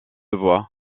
voit